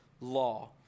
law